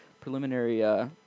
preliminary